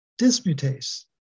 dismutase